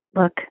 look